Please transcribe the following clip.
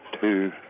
two